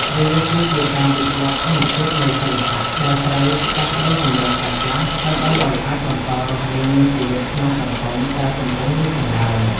វាគឺជាការវិវត្តធម្មជាតិនៃសិល្បៈ ដែលត្រូវផ្លាស់ប្តូរទម្រង់ខ្លះៗ ដើម្បីឱ្យអាចបន្តរស់រានមានជីវិតក្នុងសង្គមដែលកំពុងរីកចម្រើន។